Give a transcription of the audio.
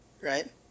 right